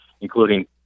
including